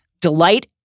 delight